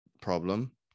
problem